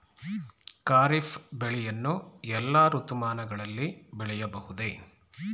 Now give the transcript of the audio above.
ಖಾರಿಫ್ ಬೆಳೆಯನ್ನು ಎಲ್ಲಾ ಋತುಮಾನಗಳಲ್ಲಿ ಬೆಳೆಯಬಹುದೇ?